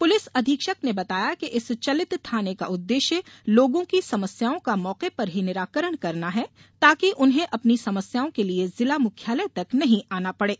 police अधीक्षक ने बताया कि इस चलित थाने का उद्देश्य लोगों की समस्याओं का मौके पर ही निराकरण करना है ताकि उन्हे अपनी समस्याओं के लिए जिला मुख्यालय तक नहीं आना पडे